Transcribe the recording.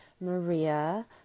Maria